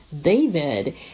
David